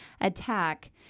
attack